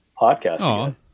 podcast